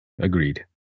Agreed